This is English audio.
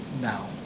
now